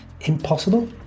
Impossible